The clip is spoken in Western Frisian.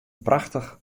prachtich